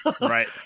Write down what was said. Right